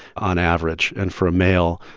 on average, and for a male,